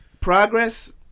progress